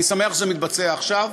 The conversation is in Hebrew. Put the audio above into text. אני שמח שזה מתבצע עכשיו.